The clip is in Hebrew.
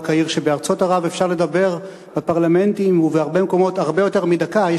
רק אעיר שבארצות ערב אפשר לדבר בפרלמנטים ובהרבה מקומות הרבה יותר מדקה.